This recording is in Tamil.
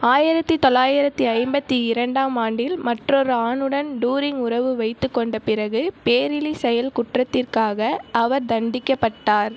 ஆயிரத்து தொள்ளாயிரத்து ஐம்பத்தி இரண்டாம் ஆண்டில் மற்றொரு ஆணுடன் டூரிங் உறவு வைத்துகொண்ட பிறகு பேரிழிசெயல் குற்றத்திற்காக அவர் தண்டிக்கப்பட்டார்